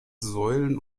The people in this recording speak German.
säulen